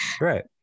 Right